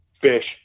fish